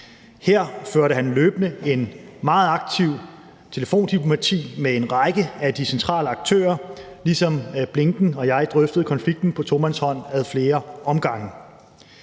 Her førte han løbende et meget aktivt telefondiplomati med en række af de centrale aktører, ligesom Blinken og jeg drøftede konflikten på tomandshånd ad flere omgange.